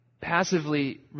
passively